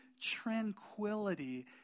tranquility